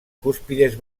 cúspides